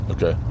Okay